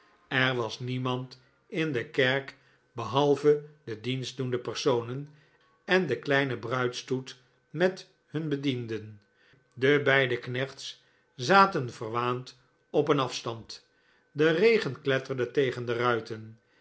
er was niemand in de kerk behalve de dienstdoende personen en de kleine bruidsstoet met hun bedienden de beide knechts zaten verwaand op een afstand de regen kletterde tegen de ruiten